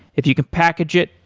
if you can package it,